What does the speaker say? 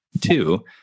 Two